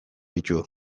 ditu